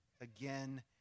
again